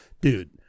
dude